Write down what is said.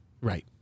Right